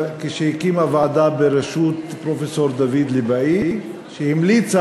כשהיא הקימה ועדה בראשות פרופסור דוד ליבאי שהמליצה